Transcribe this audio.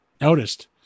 noticed